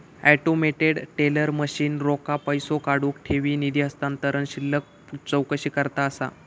automated teller machine रोख पैसो काढुक, ठेवी, निधी हस्तांतरण, शिल्लक चौकशीकरता असा